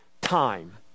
time